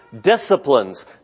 disciplines